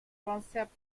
concept